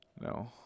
No